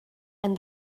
and